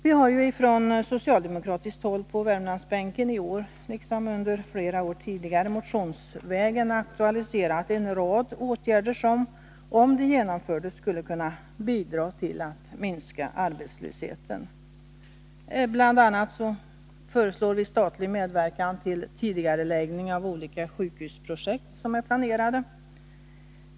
Vi har från socialdemokratiskt håll på Värmlandsbänken i år liksom under flera år tidigare motionsvägen aktualiserat en rad åtgärder, som om de genomfördes skulle kunna bidra till att minska arbetslösheten. Bl. a. föreslår vi statlig medverkan till tidigareläggning av olika sjukhusprojekt som är planerade.